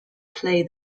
play